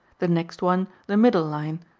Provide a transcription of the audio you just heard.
the next one the middle line,